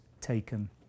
taken